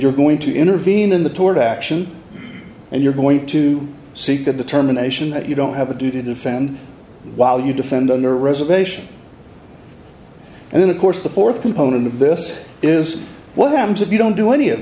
you're going to intervene in the toward action and you're going to seek a determination that you don't have a duty to defend while you defend on your reservation and then of course the th component of this is what happens if you don't do any of